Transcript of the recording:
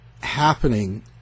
happening